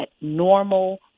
normal